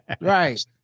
right